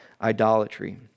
idolatry